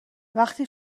وقتی